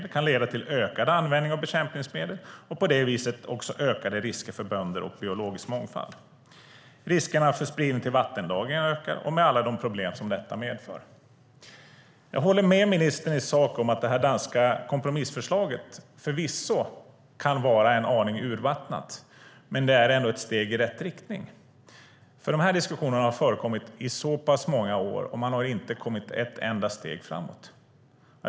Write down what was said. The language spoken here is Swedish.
Det kan leda till ökad användning av bekämpningsmedel och på det viset också ökade risker för bönder och biologisk mångfald. Riskerna för spridning till vattenlagring ökar - med alla problem som det medför. Jag håller med ministern i sak om att det danska kompromissförslaget förvisso kan vara en aning urvattnat, men det är ändå ett steg i rätt riktning. Dessa diskussioner har förekommit i så pass många år, och man har inte kommit ett enda steg framåt.